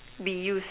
be used